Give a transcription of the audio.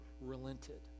relented